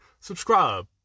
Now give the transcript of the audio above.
subscribe